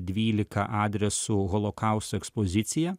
dvylika adresu holokausto ekspozicija